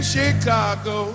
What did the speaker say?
Chicago